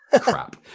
crap